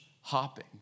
hopping